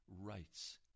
rights